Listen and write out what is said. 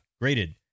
graded